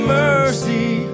mercy